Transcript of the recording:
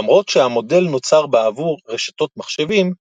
למרות שהמודל נוצר בעבור רשתות מחשבים,